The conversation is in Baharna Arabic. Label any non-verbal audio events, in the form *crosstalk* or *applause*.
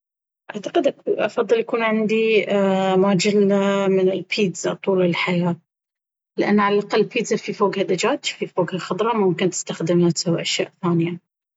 أعتقد *unintelligible* أفضل يكون *hesitation* عندي *hesitation* ماجلة من البيتزا طول الحياة، لأن على الأقل البيتزا في فوقها دجاج في فوقها خضرة ممكن تستخدمها تسوي أشياء ثانية.